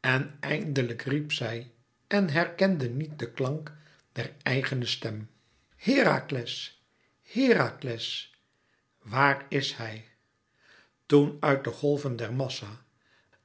en eindelijk riep zij en herkende niet den klank der eigene stem herakles herakles waar is hij toen ùit de golven der massa